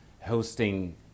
hosting